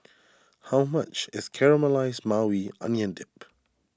how much is Caramelized Maui Onion Dip